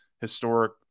historic